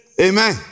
Amen